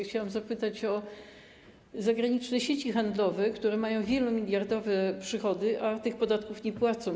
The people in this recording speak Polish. Chciałabym zapytać o zagraniczne sieci handlowe, które mają wielomiliardowe przychody, a tych podatków nie płacą.